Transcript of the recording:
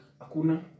Akuna